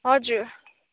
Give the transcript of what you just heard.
हजुर